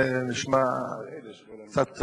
זה נשמע קצת